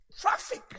traffic